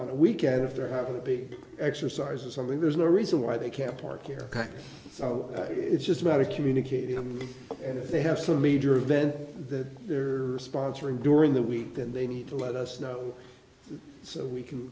been a weekend if they're having a big exercise or something there's no reason why they can't park here so it's just a matter of communicating them and if they have some major event that they're sponsoring during that week then they need to let us know so we can